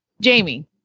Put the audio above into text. Jamie